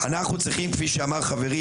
אנחנו צריכים כפי שאמר חברי,